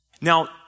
Now